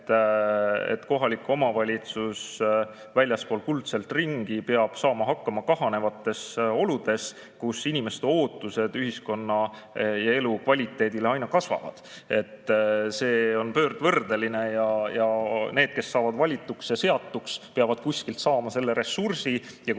et kohalikud omavalitsused väljaspool kuldseid ringe peavad hakkama saama kahanevates oludes, [samas kui] inimeste ootused ühiskonna elukvaliteedile aina kasvavad. See on pöördvõrdeline ja need, kes saavad valituks ja seatuks, peavad kuskilt saama [vajaliku] ressursi. Ja kui